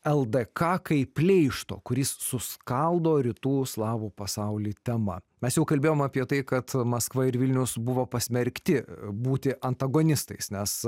ldk kaip pleišto kuris suskaldo rytų slavų pasaulį tema mes jau kalbėjom apie tai kad maskva ir vilnius buvo pasmerkti būti antagonistais nes